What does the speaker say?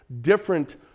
different